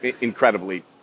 incredibly